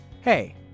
Hey